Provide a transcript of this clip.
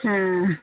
ஆ